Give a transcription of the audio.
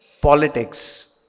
politics